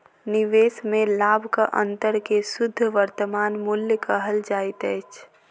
निवेश में लाभक अंतर के शुद्ध वर्तमान मूल्य कहल जाइत अछि